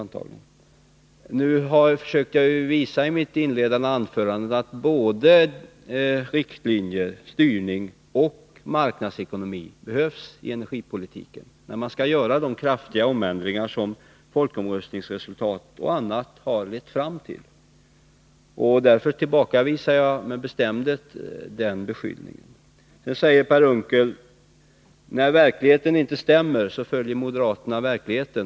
Jag försökte i mitt inledande anförande visa att både riktlinjer, styrning och marknadsekonomi behövs i energipolitiken när man skall företa de kraftiga omändringar som folkomröstningsresultatet och annat har lett fram till. Därför tillbakavisar jag med bestämdhet den beskyllningen. Sedan säger Per Unckel: När verkligheten inte stämmer med teorierna, följer moderaterna verkligheten.